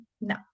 no